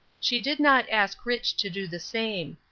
she did not ask rich. to do the same.